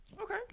Okay